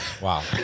Wow